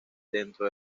dentro